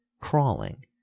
crawling